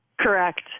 Correct